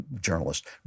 journalist